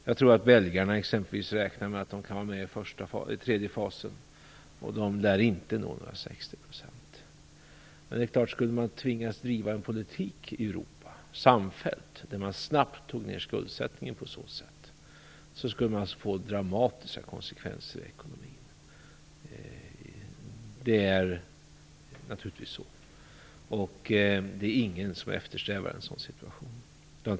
Jag tror att belgarna räknar med att de kan vara med i tredje fasen, och de lär inte nå några 60 %. Men det är klart att om man skulle tvingas att driva en samfälld politik i Europa där man snabbt tog ner skuldsättningen skulle detta få dramatiska konsekvenser i ekonomin. Naturligtvis är det så. Det är ingen som eftersträvar en sådan situation.